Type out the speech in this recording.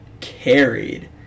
carried